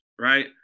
right